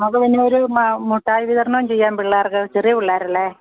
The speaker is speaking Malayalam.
അതു കഴിഞ്ഞൊരു മിഠായി വിതരണവും ചെയ്യാം പിള്ളേർക്ക് ചെറിയ പിള്ളേരല്ലേ